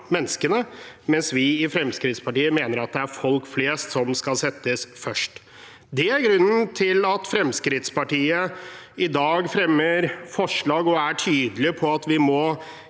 menneskene – mens vi i Fremskrittspartiet mener at det er folk flest som skal settes først. Det er grunnen til at Fremskrittspartiet i dag fremmer forslag og er tydelige på at vi må